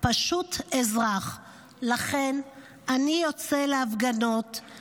/ פשוט אזרח / לכן אני יוצא להפגנות /